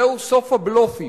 זהו סוף הבלופים.